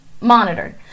monitored